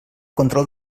control